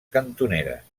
cantoneres